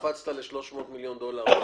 אני לא יודע איך קפצת ל-300 מיליון דולר.